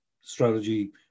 strategy